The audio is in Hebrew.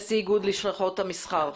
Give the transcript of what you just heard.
נשיא איגוד לשכות המסחר.